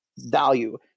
Value